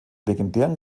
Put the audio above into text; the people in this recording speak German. legendären